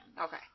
Okay